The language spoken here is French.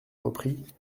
reprit